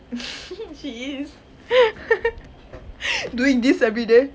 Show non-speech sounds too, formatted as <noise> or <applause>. <laughs> she is <laughs> doing this everyday